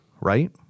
right